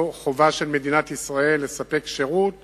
זאת חובה של מדינת ישראל לספק שירות